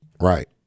Right